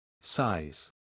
Size